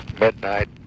midnight